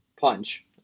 punch